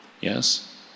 Yes